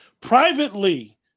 Privately